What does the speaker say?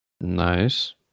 Nice